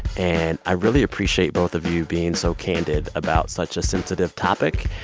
and i really appreciate both of you being so candid about such a sensitive topic.